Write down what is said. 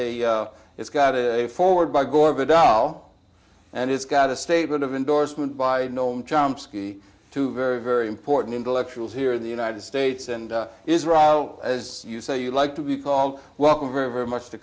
a it's got a forward by gore of the doll and it's got a statement of endorsement by noam chomsky two very very important intellectuals here in the united states and is raul as you say you like to be called welcome very very much to